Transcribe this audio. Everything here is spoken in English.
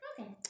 Okay